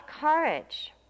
courage